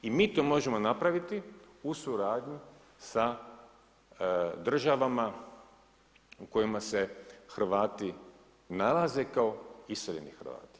I mi to možemo napraviti u suradnji sa državama u kojima se Hrvati nalaze kao iseljeni Hrvati.